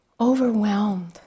overwhelmed